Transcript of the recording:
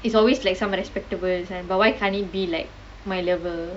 it's always like someone respectable that kind but why can't it be like my lover